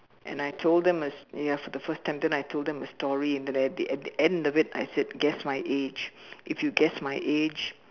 and I told a s~ ya for the first time then I told them the story in the at the at the end of it I said guess my age if you guess my age